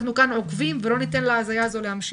אנחנו כאן עוקבים ולא ניתן להזיה הזו להמשיך.